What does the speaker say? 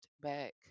back